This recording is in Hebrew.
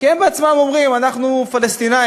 כי הם בעצמם אומרים: אנחנו פלסטינים,